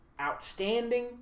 outstanding